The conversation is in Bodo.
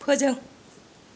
फोजों